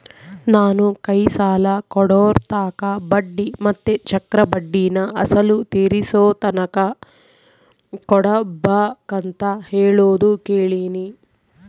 ನಾನು ಕೈ ಸಾಲ ಕೊಡೋರ್ತಾಕ ಬಡ್ಡಿ ಮತ್ತೆ ಚಕ್ರಬಡ್ಡಿನ ಅಸಲು ತೀರಿಸೋತಕನ ಕೊಡಬಕಂತ ಹೇಳೋದು ಕೇಳಿನಿ